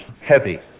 heavy